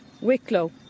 Wicklow